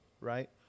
right